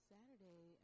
Saturday